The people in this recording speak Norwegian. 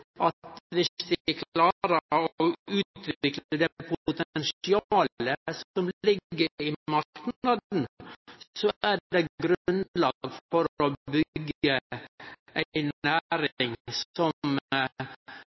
at viss vi klarar å utvikle det potensialet som ligg i marknaden, er det grunnlag for å byggje ei